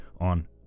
on